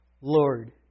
Lord